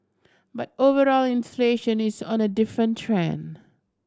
but overall inflation is on a different trend